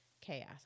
chaos